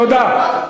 תודה.